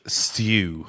stew